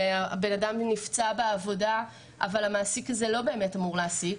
זה אדם שנפצע בעבודה אבל המעסיק הזה לא באמת אמור להעסיק,